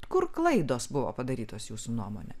kur klaidos buvo padarytos jūsų nuomone